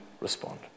respond